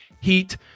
heat